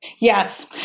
Yes